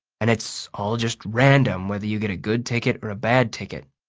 and it's all just random whether you get a good ticket or a bad ticket.